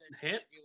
hit